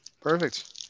Perfect